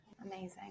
amazing